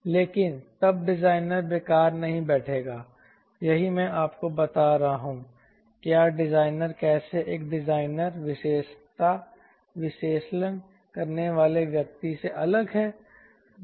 लेकिन तब डिजाइनर बेकार नहीं बैठेगा यही मैं आपको बता रहा हूं क्या डिजाइनर कैसे एक डिजाइनर विश्लेषण करने वाले व्यक्ति से अलग है